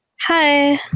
Hi